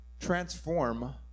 transform